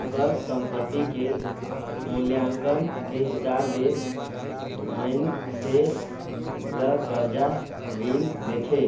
ओकर संपति के मूल्यांकन के हिसाब ले मइनसे ल करजा रीन देथे